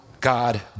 God